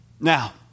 Now